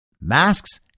Masks